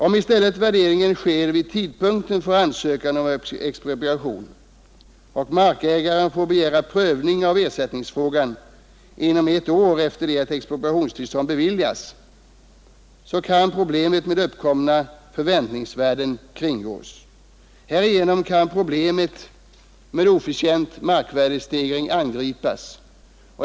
Om i stället värderingen sker vid tidpunkten för ansökan om expropriation och markägaren får begära prövning av ersättningsfrågan inom ett år efter det att expropriationstillstånd beviljats, kan problemet med uppkomna förväntningsvärden klaras. Härigenom kan problemet med oförtjänt markvärdestegring angripas.